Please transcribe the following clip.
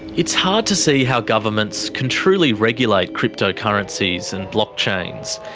it's hard to see how governments can truly regulate cryptocurrencies and blockchains.